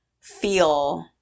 feel